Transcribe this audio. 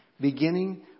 beginning